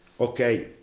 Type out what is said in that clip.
okay